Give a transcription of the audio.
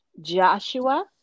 Joshua